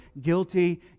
guilty